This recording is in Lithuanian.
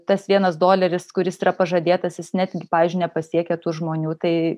tas vienas doleris kuris yra pažadėtasis net gi pavyzdžiui nepasiekia tų žmonių tai